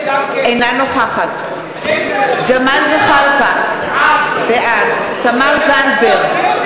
אינה נוכחת ג'מאל זחאלקה, בעד תמר זנדברג,